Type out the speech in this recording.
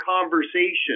conversation